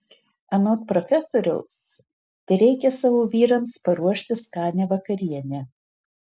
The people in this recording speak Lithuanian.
anot profesoriaus tereikia savo vyrams paruošti skanią vakarienę